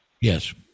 Yes